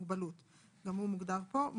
מוגבלות״ - חוק שוויון זכויות לאנשים עם מוגבלות,